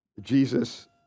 Jesus